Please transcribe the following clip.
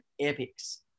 epics